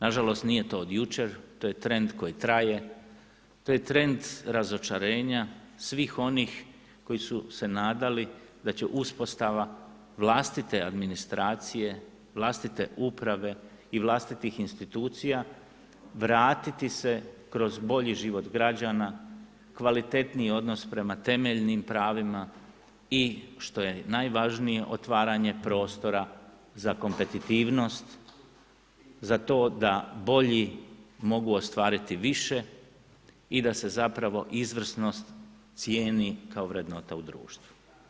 Nažalost, nije to od jučer, to je trend koji traje, to je trend razočarenja, svih onih koji su se nadali da će uspostava vlastite administracije, vlastite uprave i vlastitih insinuacija vratiti se kroz bolji život građana, kvalitetniji odnos prema temeljnih pravima i što je najvažnije otvaranje prostora za kompetitivnost, za to da bolji mogu ostvariti više i da se zapravo izvrsnost cijeni kao vrednota u društvu.